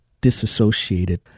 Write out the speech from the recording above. disassociated